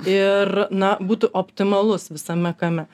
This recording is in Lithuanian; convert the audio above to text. ir na būtų optimalus visame kame